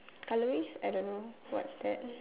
orange I don't know what's that